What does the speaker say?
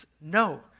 no